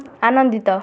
ଆନନ୍ଦିତ